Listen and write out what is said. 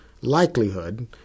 likelihood